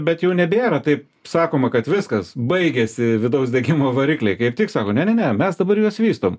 bet jau nebėra taip sakoma kad viskas baigėsi vidaus degimo varikliai kaip tik sako ne ne ne mes dabar juos vystom